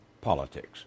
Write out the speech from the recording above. politics